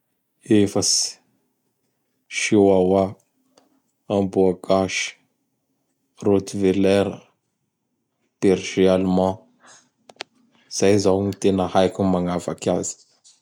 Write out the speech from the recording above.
Efatsy: Chiwawa, Amboa gasy, Rottweiler, Berger Allemand. Izay izao gny tena haiko ny magnavaky azy.